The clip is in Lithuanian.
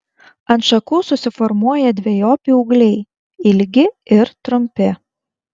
ant šakų susiformuoja dvejopi ūgliai ilgi ir trumpi